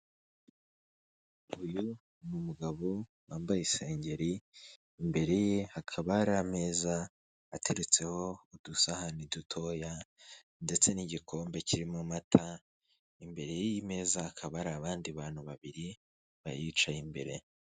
Uyu ni umugabo wambaye isengeri, imbere ye hakaba hari ameza ateretseho udusahane dutoya, ndetse n'igikombe kirimo amata, imbere y'iyi meza hakaba hari abandi bantu babiri bayicaye imbere.